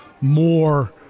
more